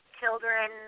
children